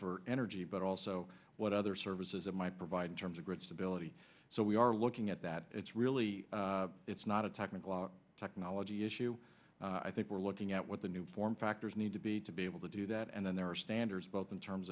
for energy but also what other services it might provide in terms of grid stability so we are looking at that it's really it's not a technical technology issue i think we're looking at what the new form factors need to be to be able to do that and then there are standards both in terms